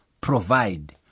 provide